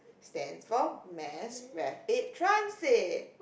stands for Mass Rapid Transit